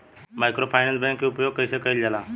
Microfinance bank के उपयोग कइसे कइल जाला?